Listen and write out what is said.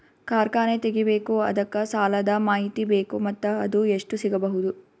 ಕಾರ್ಖಾನೆ ತಗಿಬೇಕು ಅದಕ್ಕ ಸಾಲಾದ ಮಾಹಿತಿ ಬೇಕು ಮತ್ತ ಅದು ಎಷ್ಟು ಸಿಗಬಹುದು?